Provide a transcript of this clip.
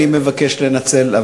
אני מבקש לנצל,